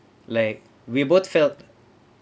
like we both felt